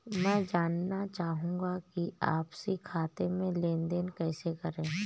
मैं जानना चाहूँगा कि आपसी खाते में लेनदेन कैसे करें?